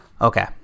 Okay